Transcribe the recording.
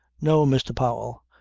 no, mr. powell,